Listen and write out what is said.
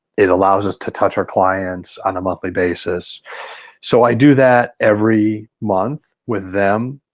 it allows us to touch our clients on a monthly basis so i do that every month with them.